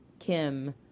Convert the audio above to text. Kim